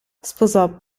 sposò